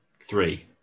Three